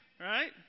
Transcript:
right